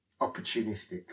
Opportunistic